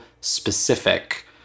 specific